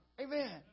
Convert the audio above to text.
Amen